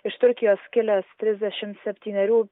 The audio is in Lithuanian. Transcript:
iš turkijos kilęs trisdešim septynerių